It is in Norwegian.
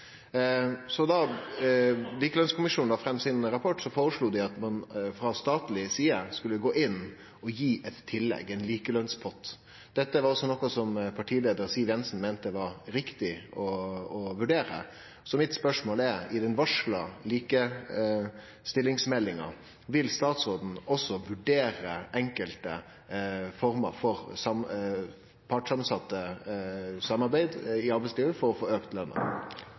Da Likelønnskommisjonen la fram sin rapport, blei det føreslått at ein frå statleg side skulle gå inn og gje eit tillegg, ein likelønspott. Dette var også noko som partileiar Siv Jensen meinte var riktig å vurdere. Mitt spørsmål er: Vil statsråden i den varsla likestillingsmeldinga også vurdere enkelte former for partssamansett samarbeid i arbeidslivet for å